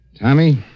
Tommy